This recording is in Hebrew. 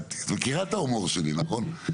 את מכירה את ההומור שלי, נכון?